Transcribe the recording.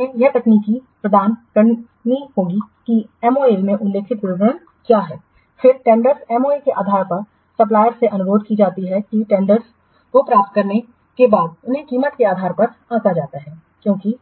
उन्हें यह तकनीकी प्रदान करनी होगी कि एमओए में उल्लिखित विवरण क्या है फिर टेंडरस एमओए के आधार पर सप्लायर्स से अनुरोध की जाती हैं और फिर टेंडर्स को प्राप्त करने के बाद उन्हें कीमत के आधार पर आंका जाता है क्योंकि